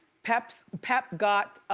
pep pep got